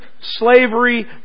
slavery